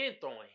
throwing